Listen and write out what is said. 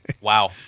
Wow